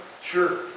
sure